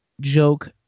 joke